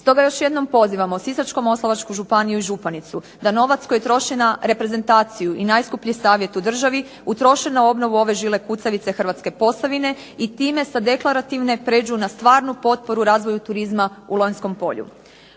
Stoga još jednom pozivamo Sisačko-moslavačku županiju i županicu da novac koji troši na reprezentaciju i najskuplji savjet u državi utroše na obnovu ove žile kucavice Hrvatske posavine i time sa deklarativne pređu na stvarnu potporu razvoju turizma u Lonjskom polju.